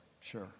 Sure